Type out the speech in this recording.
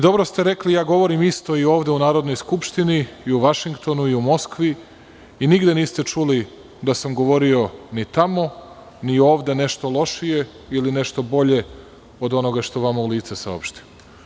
Dobro ste rekli, ja govorim isto i ovde u Narodnoj skupštini i u Vašingtonu i u Moskvi i nigde niste čuli da sam govorio, ni tamo, ni ovde, nešto lošije ili nešto bolje od onoga što vama u lice saopštim.